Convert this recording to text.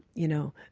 you know,